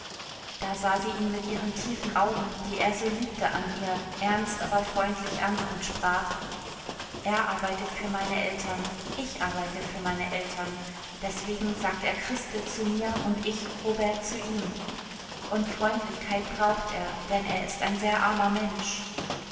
da sah sie ihn mit ihren tiefen augen die er so liebte an ihr ernst aber freundlich an und sprach er arbeitet für meine eltern ich arbeite für meine eltern deswegen sagt er christel zu mir und ich robert zu ihm und freundlichkeit braucht er denn er ist ein sehr armer mensch